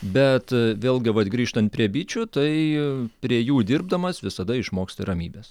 bet vėlgi vat grįžtant prie bičių tai prie jų dirbdamas visada išmoksti ramybės